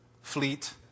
fleet